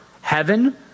heaven